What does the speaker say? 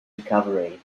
recovery